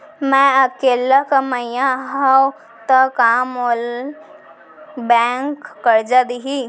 मैं अकेल्ला कमईया हव त का मोल बैंक करजा दिही?